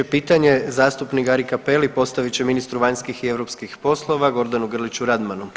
3. pitanje zastupnik Gari Cappelli postavit će ministru vanjskih i europskih poslova Gordanu Grliću Radmanu.